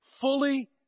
Fully